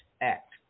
act